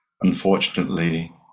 Unfortunately